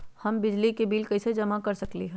हम बिजली के बिल कईसे जमा कर सकली ह?